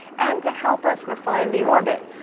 and to help us refine the orbit.